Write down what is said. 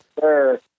sir